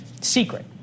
secret